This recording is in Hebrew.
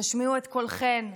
תשמיעו את קולכן.